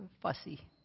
fussy